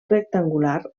rectangular